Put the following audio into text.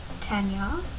Tanya